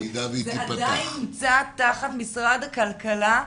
זה עדיין נמצא תחת משרד הכלכלה,